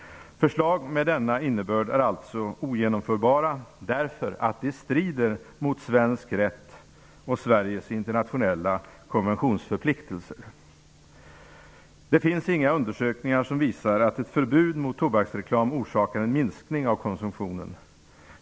Förslag med denna innebörd är alltså ogenomförbara, därför att de strider mot svensk rätt och Sveriges internationella konventionsförpliktelser. Det finns inga undersökningar som visar att ett förbud mot tobaksreklam orsakar en minskning av konsumtionen.